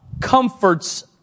comforts